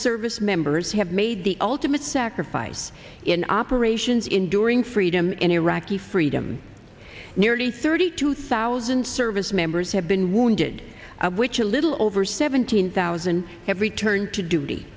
servicemembers have made the ultimate sacrifice in operations enduring freedom in iraqi freedom nearly thirty two thousand service members have been wounded which a little over seventeen thousand have returned to duty